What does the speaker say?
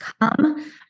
come